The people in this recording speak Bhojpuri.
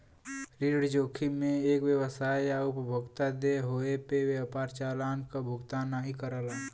ऋण जोखिम में एक व्यवसाय या उपभोक्ता देय होये पे व्यापार चालान क भुगतान नाहीं करला